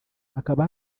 hakaba